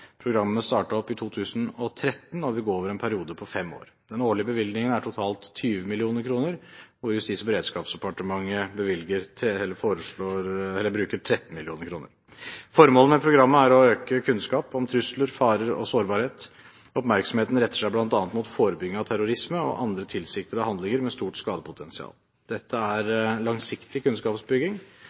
i 2013 og vil gå over en periode på fem år. Den årlige bevilgningen er på totalt 20 mill. kr, og Justis- og beredskapsdepartementet bruker 13 mill. kr. Formålet med programmet er å øke kunnskapen om trusler, farer og sårbarhet. Oppmerksomheten retter seg bl.a. mot forebygging av terrorisme og andre tilsiktede handlinger med stort skadepotensial. Dette er langsiktig kunnskapsbygging,